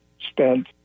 spent